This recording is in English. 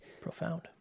profound